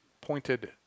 pointed